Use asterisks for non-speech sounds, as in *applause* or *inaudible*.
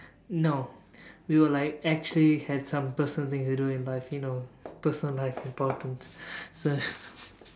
no we were like actually had some personal thing to do in life you know personal life important so *laughs*